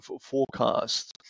forecast